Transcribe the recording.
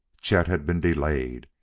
chet had been delayed,